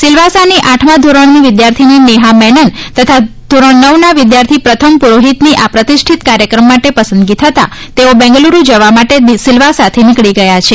સિલવાસાની આઠમા ધોરણની વિદ્યાર્થિની નેહા મેનન તથા ધોરણ નવના વિદ્યાર્થી પ્રથમ પુરોહિતની આ પ્રતિષ્ઠિત કાર્યક્રમ માટે પસંદગી થતાં તેઓ બેંગ્લુરૂ જવા માટે સિલવાસાથી નીકળી ગયા છે